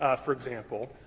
ah for example.